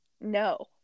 No